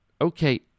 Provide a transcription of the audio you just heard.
Okay